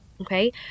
okay